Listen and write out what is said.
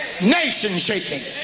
Nation-shaking